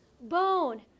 bone